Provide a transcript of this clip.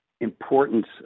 importance